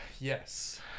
Yes